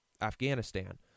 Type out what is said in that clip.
Afghanistan